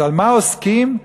אז במה עוסקים?